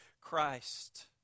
Christ